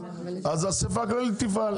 אז האסיפה הכללית תפעל.